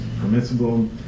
permissible